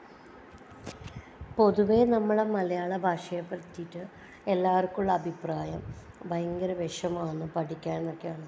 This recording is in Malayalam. പൊതുവേ നമ്മുടെ മലയാള ഭാഷയെ പറ്റിയിട്ട് എല്ലാവർക്കും ഉള്ള അഭിപ്രായം ഭയങ്കര വിഷമമാണ് പഠിയ്ക്കാനൊക്കെയാണ്